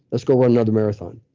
let's go run another marathon.